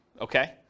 Okay